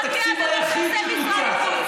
התקציב היחיד שקוצץ,